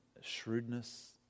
shrewdness